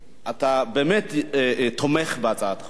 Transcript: אתה באמת תומך בהצעת החוק הזו.